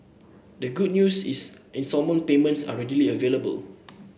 the good news is instalment payments are readily available